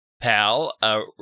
PAL